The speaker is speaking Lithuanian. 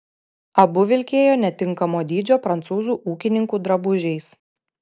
abu vilkėjo netinkamo dydžio prancūzų ūkininkų drabužiais